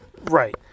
right